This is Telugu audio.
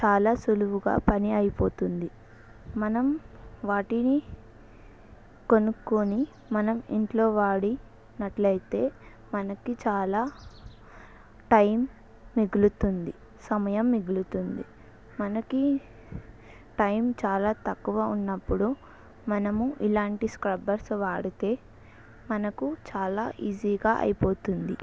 చాలా సులువుగా పని అయిపోతుంది మనం వాటిని కొనుక్కొని మనం ఇంట్లో వాడినట్లయితే మనకి చాలా టైం మిగులుతుంది సమయం మిగులుతుంది మనకి టైం చాలా తక్కువ ఉన్నప్పుడు మనము ఇలాంటి స్క్రబ్బర్స్ వాడితే మనకు చాలా ఈజీగా అయిపోతుంది